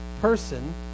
person